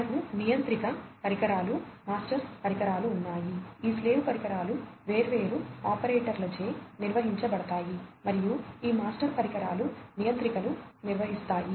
మనకు నియంత్రిక పరికరాలు మాస్టర్ పరికరాలు ఉన్నాయి ఈ స్లేవ్ పరికరాలు వేర్వేరు ఆపరేటర్లచే నిర్వహించబడతాయి మరియు ఈ మాస్టర్ పరికరాలను నియంత్రికలు నిర్వహిస్తాయి